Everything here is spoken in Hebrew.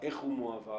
איך הוא מועבר,